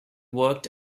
worked